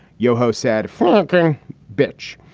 yoho said, fucking bitch.